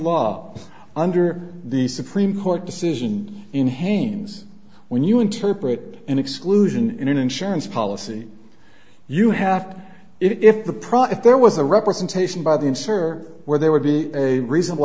law under the supreme court decision in haynes when you interpret an exclusion in an insurance policy you have to if the product there was a representation by the insurer where they would be a reasonable